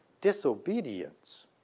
disobedience